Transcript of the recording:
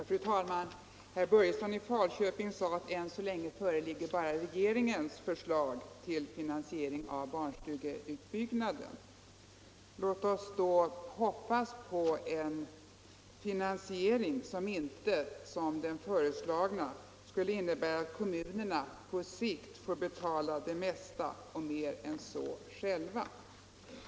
Fru talman! Herr Börjesson i Falköping sade att det ännu så länge bara föreligger ett regeringsförslag till finansiering av barnstugeutbyggnaden. Låt oss då hoppas på en finansiering, som inte som den föreslagna skulle innebära att kommunerna själva på sikt får betala hela kostnaden och mer än så.